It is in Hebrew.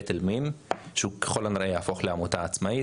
׳בית אל מים׳, שככל הנראה יהפוך לעמותה עצמאית.